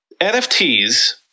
NFTs